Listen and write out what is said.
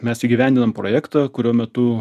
mes įgyvendinam projektą kurio metu